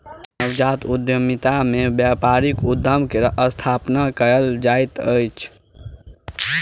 नवजात उद्यमिता में व्यापारिक उद्यम के स्थापना कयल जाइत अछि